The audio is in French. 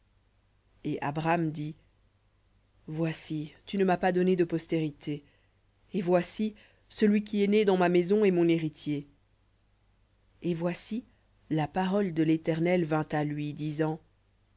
et abram dit voici tu ne m'as pas donné de postérité et voici celui qui est né dans ma maison est mon héritier et voici la parole de l'éternel à lui